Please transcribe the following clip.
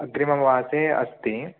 अग्रिममासे अस्ति